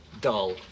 dull